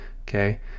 Okay